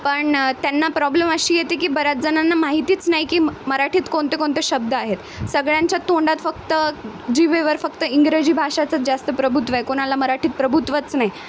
पण त्यांना प्रॉब्लेम अशी येते की बऱ्याच जणांना माहितीच नाही की मराठीत कोणते कोणते शब्द आहेत सगळ्यांच्या तोंडात फक्त जिभेवर फक्त इंग्रजी भाषाचाच जास्त प्रभुत्व आहे कोणाला मराठीत प्रभुत्वच नाही